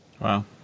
Wow